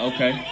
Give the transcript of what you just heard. Okay